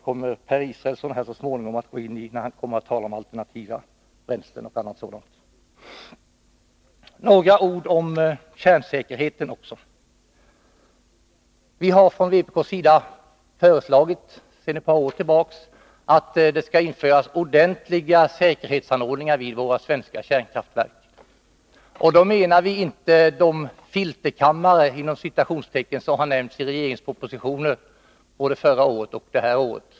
Per Israelsson kommer så småningom att gå in på det. Han skall tala om alternativa bränslen etc. Sedan några ord om kärnsäkerheten också. Från vpk:s sida har vi under ett par år lagt fram förslag om att det skall vara ordentliga säkerhetsanordningar i våra kärnkraftverk. Då avser vi inte de ”filterkammare” som har nämnts i regeringens propositioner både förra året och det här året.